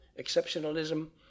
exceptionalism